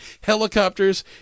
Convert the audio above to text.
helicopters